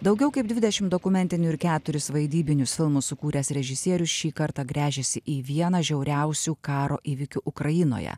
daugiau kaip dvidešimt dokumentinių ir keturis vaidybinius filmus sukūręs režisierius šį kartą gręžiasi į vieną žiauriausių karo įvykių ukrainoje